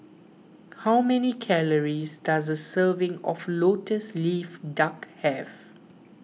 how many calories does a serving of Lotus Leaf Duck have